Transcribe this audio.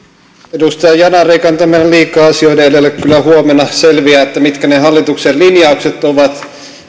edustaja yanar ei kannata mennä liikaa asioiden edelle kyllä huomenna selviää mitkä ne hallituksen linjaukset ovat